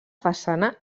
façana